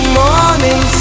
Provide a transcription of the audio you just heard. morning